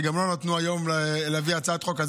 שגם לו נתנו היום להביא הצעת חוק,